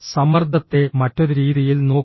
സമ്മർദ്ദത്തെ മറ്റൊരു രീതിയിൽ നോക്കുക